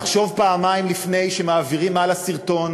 לחשוב פעמיים לפני שמעבירים הלאה סרטון